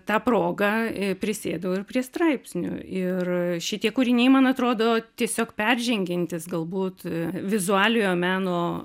ta proga prisėdau ir prie straipsnių ir šitie kūriniai man atrodo tiesiog peržengiantys galbūt vizualiojo meno